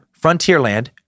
Frontierland